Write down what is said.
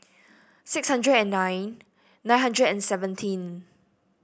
six hundred and nine nine hundred and seventeen